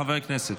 חברי הכנסת.